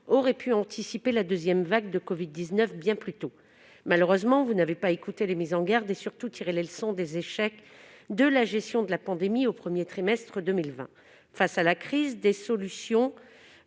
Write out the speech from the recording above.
aurait pu anticiper la deuxième vague de covid-19 bien plus tôt. Malheureusement, monsieur le ministre, vous n'avez pas écouté les mises en garde. Surtout, vous n'avez pas tiré les leçons des échecs de la gestion de la pandémie au premier trimestre 2020. Face à la crise, des solutions